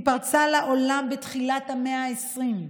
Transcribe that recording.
היא פרצה לעולם בתחילת המאה ה-20,